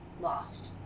lost